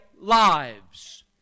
lives